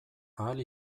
ahal